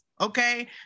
okay